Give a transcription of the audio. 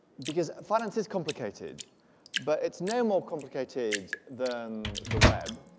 because finance is complicated but it's no more complicated than the web.